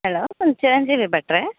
hello ಉಂದ್ ಚಿರಂಜೀವಿ ಭಟ್ಟರೇ